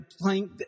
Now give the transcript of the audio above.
playing